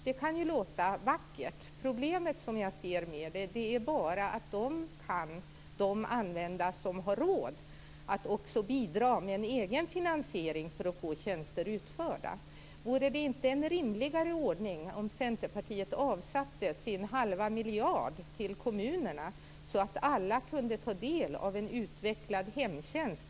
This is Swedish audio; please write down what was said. Det kan ju låta vackert, men problemet som jag ser med dem är att dessa bara kan användas av dem som har råd att också bidra med en egen finansiering för att få tjänster utförda. Vore det inte en rimligare ordning om Centerpartiet avsatte sin halva miljard till kommunerna, så att alla skulle kunna ta del av en utvecklad hemtjänst?